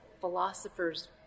philosopher's